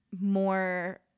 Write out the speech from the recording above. more